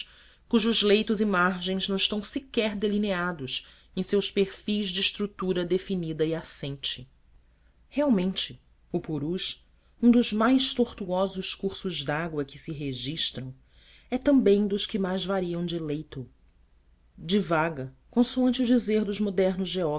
cujos leitos e margens não estão sequer delineados em seus perfis de estrutura definida e assente realmente o purus um dos mais tortuosos cursos dágua que se registram é também dos que mais variam de leito divaga consoante o dizer dos modernos